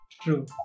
True